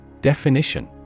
Definition